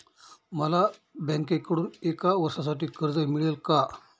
मला बँकेकडून एका वर्षासाठी कर्ज मिळेल का?